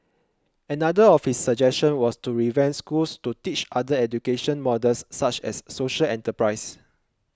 another of his suggestion was to revamp schools to teach other education models such as social enterprise